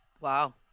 Wow